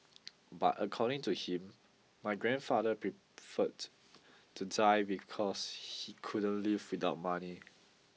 but according to him my grandfather preferred to die because he couldn't live without money